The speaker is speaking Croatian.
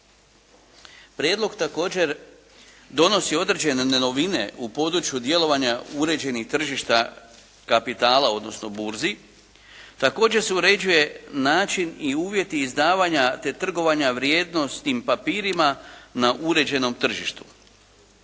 Prijedlog također donosi određene novine u području djelovanja uređenih tržišta kapitala odnosno burzi. Također se uređuje način i uvjeti izdavanja te trgovanja vrijednosnim papirima na uređenom tržištu.